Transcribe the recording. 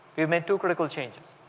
we made two critical changes.